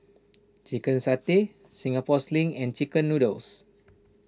Chicken Satay Singapore Sling and Chicken Noodles